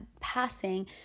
passing